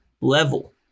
level